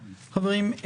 חברים,